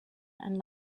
and